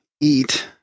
eat